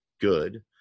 good